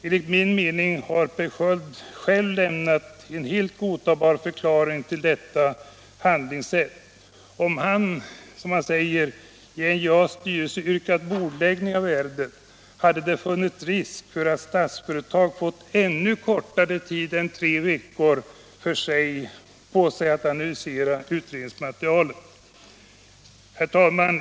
Enligt min mening har Per Sköld själv lämnat en helt godtagbar förklaring till sitt handlingssätt. Om han i NJA:s styrelse yrkat bordläggning av ärendet, hade det funnits risk för att Statsföretag fått ännu kortare tid än tre veckor på sig för att analysera utredningsmaterialet. Herr talman!